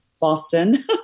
Boston